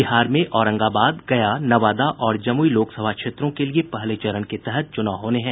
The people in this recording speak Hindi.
बिहार में औरंगाबाद गया नवादा और जमुई लोकसभा क्षेत्रों के लिए पहले चरण के तहत ही चुनाव होने हैं